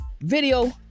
video